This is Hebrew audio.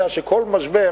יודע שכל משבר